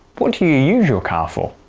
what do you use your car for?